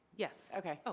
yes. okay.